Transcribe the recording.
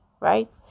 right